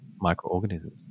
microorganisms